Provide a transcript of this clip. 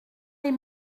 lès